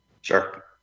Sure